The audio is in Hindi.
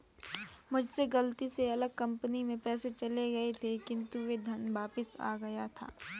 मुझसे गलती से अलग कंपनी में पैसे चले गए थे किन्तु वो धन वापिस आ गया था